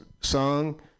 song